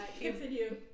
Continue